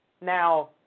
Now